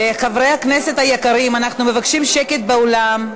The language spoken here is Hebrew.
חברי הכנסת היקרים, אנחנו מבקשים שקט באולם.